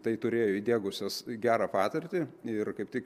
tai turėjo įdegusios gerą patirtį ir kaip tik